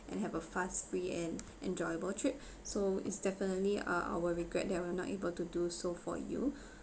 and have a fast free and enjoyable trip so it's definitely ah our regret that we're not able to do so for you